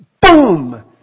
boom